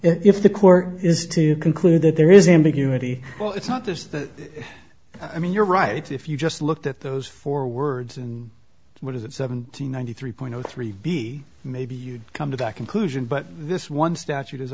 if the court is to conclude that there is ambiguity well it's not just i mean you're right if you just looked at those four words and what is it seven hundred ninety three point zero three b maybe you come to that conclusion but this one statute